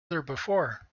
before